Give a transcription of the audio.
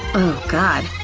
god,